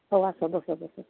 ହଉ ଆସ ବସ ବସ